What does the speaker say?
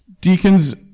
Deacons